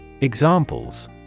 Examples